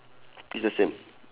it's the same